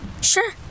Sure